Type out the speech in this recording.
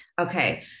Okay